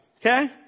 Okay